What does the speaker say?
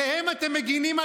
עליהם אתם מגינים?